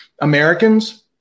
Americans